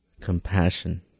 compassion